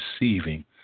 receiving